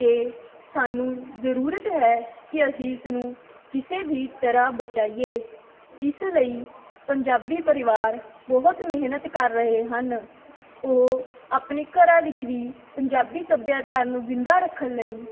ਅਤੇ ਸਾਨੂੰ ਜ਼ਰੂਰਤ ਹੈ ਕਿ ਅਸੀਂ ਇਸ ਨੂੰ ਕਿਸੇ ਵੀ ਤਰ੍ਹਾਂ ਬਚਾਈਏ ਇਸ ਲਈ ਪੰਜਾਬੀ ਪਰਿਵਾਰ ਬਹੁਤ ਮਿਹਨਤ ਕਰ ਰਹੇ ਹਨ ਉਹ ਆਪਣੇ ਘਰਾਂ ਵਿੱਚ ਵੀ ਪੰਜਾਬੀ ਸੱਭਿਆਚਾਰ ਨੂੰ ਜਿੰਦਾ ਰੱਖਣ ਲਈ